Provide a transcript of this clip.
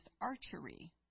archery